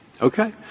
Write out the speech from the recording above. Okay